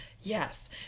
yes